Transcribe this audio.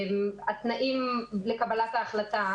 התנאים לקבלת ההחלטה,